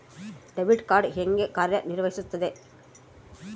Debit card ಹೇಗೆ ಕಾರ್ಯನಿರ್ವಹಿಸುತ್ತದೆ?